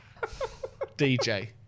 DJ